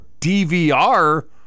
DVR